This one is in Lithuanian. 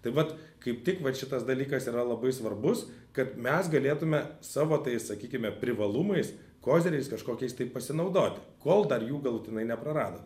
tai vat kaip tik vat šitas dalykas yra labai svarbus kad mes galėtume savo tais sakykime privalumais koziriais kažkokiais tai pasinaudoti kol dar jų galutinai nepraradom